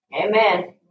Amen